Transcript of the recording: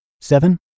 Seven